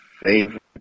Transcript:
favorite